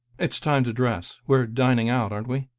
it's time to dress we're dining out, aren't we?